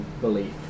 belief